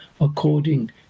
according